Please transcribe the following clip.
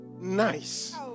Nice